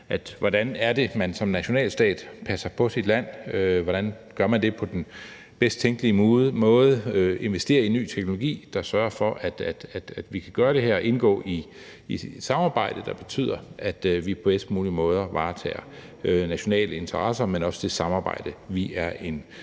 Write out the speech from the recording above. hvordan man som nationalstat passer på sit land på den bedst tænkelige måde og altså investerer i ny teknologi, der sørger for, at vi kan gøre det her og indgå i et samarbejde, der betyder, at vi på bedst mulig måde varetager nationale interesser, men også det samarbejde, vi er en del